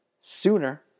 sooner